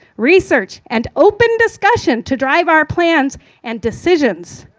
research, and open discussion to drive our plans and decisions.